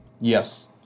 Yes